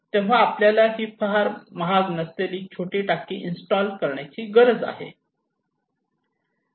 तेव्हा आपल्याला हि फार महाग नसलेली छोटी टाकी इन्स्टॉल करण्याची गरज आहे